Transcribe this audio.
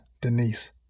Denise